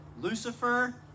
Lucifer